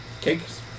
cakes